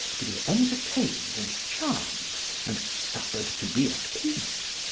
to be entertained and charmed and suffered to be at peace,